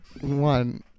one